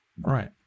Right